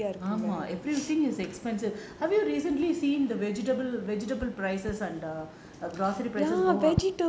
ஆமா:aama everything is expensive have you recently seen the vegetable vegetable prices and the grocery prices go up